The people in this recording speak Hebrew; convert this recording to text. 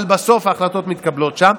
אבל בסוף ההחלטות שם.